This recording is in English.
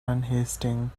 unhasting